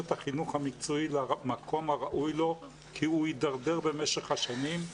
את החינוך המקצועי למקום הראוי לו כי הוא הידרדר במשך השנים.